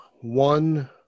one